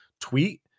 tweet